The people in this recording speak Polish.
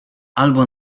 albo